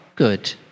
good